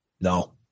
No